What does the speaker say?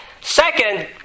Second